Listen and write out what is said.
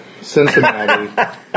Cincinnati